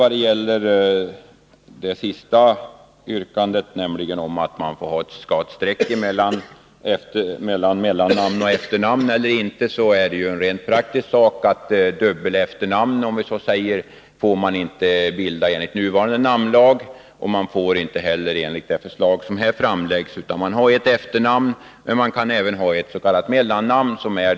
Det femte yrkandet gäller att man skall få ha ett streck mellan mellannamn och efternamn. Det är en rent praktisk sak. Man får inte bilda ”dubbelefternamn” enligt nuvarande namnlag och inte heller enligt det förslag som här framläggs. Man skall ha ett efternamn, men man kan även ha ett s.k. mellannamn.